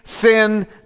sin